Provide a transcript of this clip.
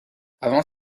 avant